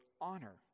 honor